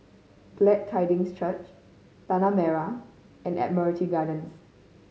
Glad Tidings Church Tanah Merah and Admiralty Gardens